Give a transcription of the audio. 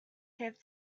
have